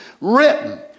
written